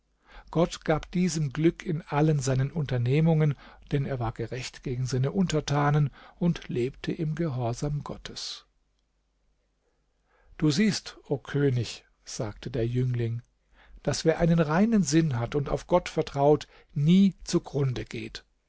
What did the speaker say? gott gab diesem glück in allen seinen unternehmungen denn er war gerecht gegen seine untertanen und lebte im gehorsam gottes du siehst o könig sagte der jüngling daß wer einen reinen sinn hat und auf gott vertraut nie zugrunde geht